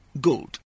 gold